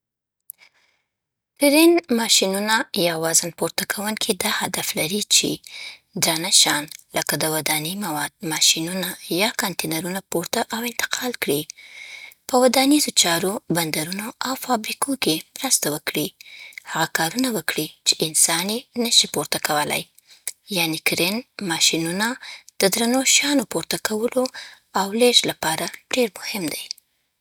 کرېن ماشینونه یا وزن پورته کوونکي دا هدف لري چې: درانه شیان، لکه د ودانۍ مواد، ماشینونه یا کانتینرونه پورته او انتقال کړي. په ودانیزو چارو، بندرونو، او فابریکو کې مرسته وکړي. هغه کارونه وکړي چې انسان یې نه شي پورته کولی. یعنې، کرېن ماشینونه د درنو شیانو پورته کولو او لېږد لپاره ډېر مهم دي.